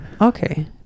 Okay